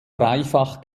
dreifach